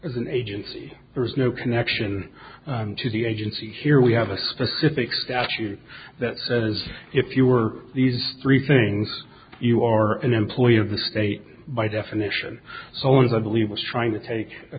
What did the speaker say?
as an agency that has no connection to the agency here we have a specific statute that says if you are these three things you are an employee of the state by definition so one of the believe was trying to take